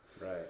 Right